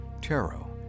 tarot